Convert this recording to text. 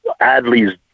Adley's